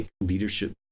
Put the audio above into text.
leadership